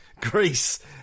Greece